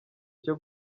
cyo